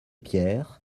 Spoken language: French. pierres